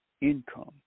income